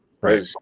right